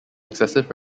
excessive